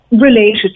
related